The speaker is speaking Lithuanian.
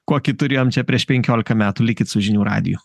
kokį turėjom čia prieš penkiolika metų likit su žinių radiju